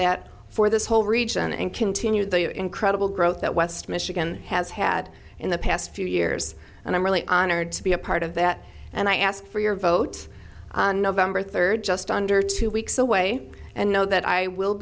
that for this whole region and continue the incredible growth that west michigan has had in the past few years and i'm really honored to be a part of that and i ask for your vote on november third just under two weeks away and know that i will